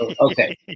Okay